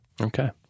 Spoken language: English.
Okay